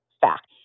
fact